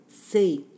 say